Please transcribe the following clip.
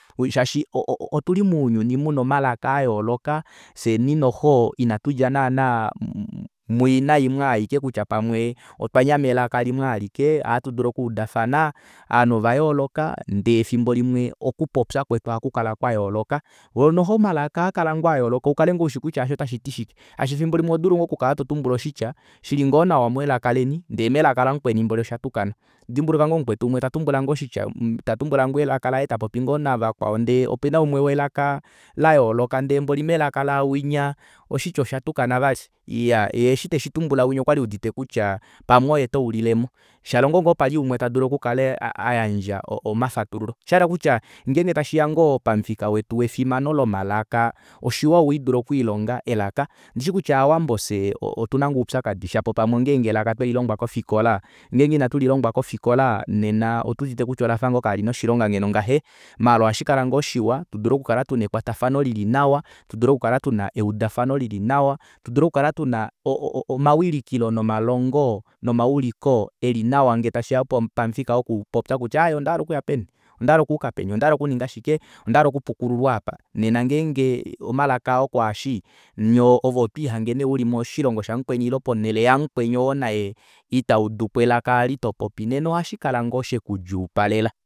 Shaashi otuli mounyuni muna omalaka ayooloka fyeni noxo ina tudja naana muyina yimwe aike kutya pamwe otwanyama elaka limwe alike ohatudulu okuudafana ovanhu ovayooloka ndee efimbo limwe okupopya kwetu ohakukala kwayooloka oo noxo omalaka ohaakala ngoo ayooloka ukale ngoo ushi kutya eshi otashiti shike shaashi efimbo limwe ohodulu ngoo okukala totumbula oshitya shili ngoo nawa melaka leni ndee melaka lamukwetu oshatuka ohaidimbuluka ngoo mukwetu umwe tatumbula oshitya tatumbula ngoo elaka laye tapopi ngoo navakwao ndee opena umwe welaka layooloka ndee mboli melaka laawinya oshitya oshatukana vali iya yee eshi teshitumbula winya okwali eudite kutya pamwe oye taulilemo shalongo ngoo pali umwe alitadulu okukala ayandja omafatululo oshahala okutya ngenge tashiya ngoo pamufika wetu wefimano lomalaka oshiwa udule okwiilonga elaka ondishi kutya fyee ovawambo otuna ngoo oupyakadi shapo pamwe oongenge elaka tweli longwa kofikola ngenge ina tulilongwa kofikola onduudite olafa ngoo kalina oshilongo ngeno nghahee maala ohashikala ngoo shiwa tudule okukala tuna ekwatafano lili nawa tudule okukala tuna eudafano lili nawa tudule okukala tuna o- o- o omawilikilo nomalongo nomauliko elinawa ngee tashiya mamufika woku popya kutya aaye ondahala okuya peni ondahala okuuka peni ondahala okuninga shike ondahala oku pukululwa aapa nena ngeenge omalaka oo kwaashi nyee ove otwii hange nee uli moshilongo shamukweni ile ponele yamukweni oo naye ita uduko elaka eli topopi nena ohashikala ngoo shekudjuupalela